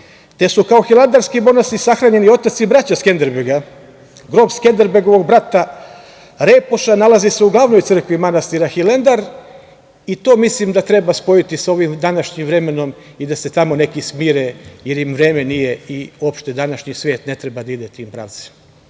te su kao hilandarski monasi sahranjeni otac i braća Skenderbeg. Grob Skenderbegovog brata Repoša nalazi se u glavnoj crkvi manastira Hilandar, i to mislim da treba spojiti sa ovim današnjim vremenom i da se tamo neki smire, jer im vreme nije i opšte današnji svet ne treba da ide tim pravcem